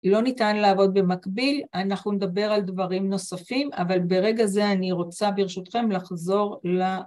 לא ניתן לעבוד במקביל, אנחנו נדבר על דברים נוספים, אבל ברגע זה אני רוצה ברשותכם לחזור ל...